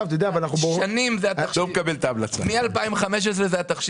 מ-2015 זה התחשיב.